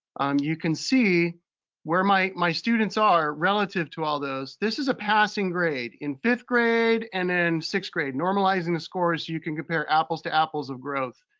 you can see where my my students are relative to all those. this is a passing grade in fifth grade and then sixth grade, normalizing the scores so you can compare apples to apples of growth.